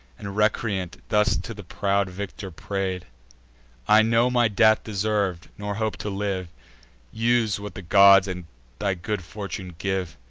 and, recreant, thus to the proud victor pray'd i know my death deserv'd, nor hope to live use what the gods and thy good fortune give.